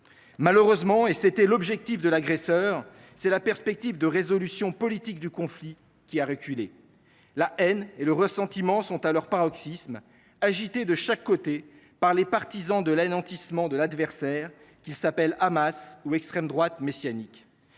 Malheureusement, et tel était l’objectif de l’agresseur, la perspective de résolution politique du conflit a reculé. La haine et le ressentiment sont à leur paroxysme, agités de chaque côté par les partisans de l’anéantissement de l’adversaire, qu’il s’agisse du Hamas ou de l’extrême droite messianique.